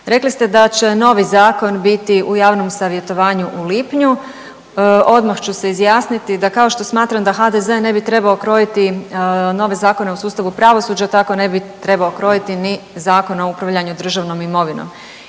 Rekli ste da će novi zakon biti u javnom savjetovanju u lipnju. Odmah ću se izjasniti da kao što smatram da HDZ ne bi trebao krojiti nove zakone u sustavu pravosuđa, tako ne bi trebao krojiti ni Zakon o upravljanju državnom imovinom.